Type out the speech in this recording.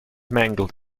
mangled